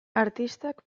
artistak